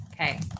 Okay